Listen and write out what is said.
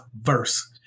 verse